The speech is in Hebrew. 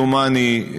דומני,